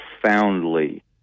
profoundly